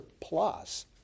plus